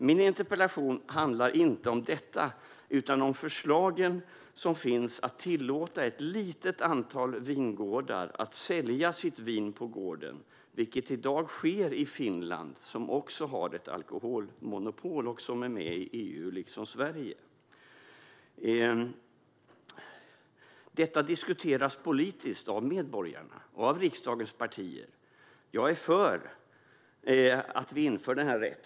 Min interpellation handlar inte om detta utan om de förslag som finns om att tillåta ett litet antal vingårdar att sälja sitt vin på gården, vilket i dag sker i Finland som också har ett alkoholmonopol och som liksom Sverige är med i EU. Detta diskuteras politiskt av medborgarna och av riksdagens partier. Jag är för att vi inför denna rätt.